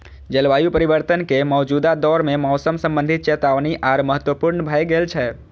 जलवायु परिवर्तन के मौजूदा दौर मे मौसम संबंधी चेतावनी आर महत्वपूर्ण भए गेल छै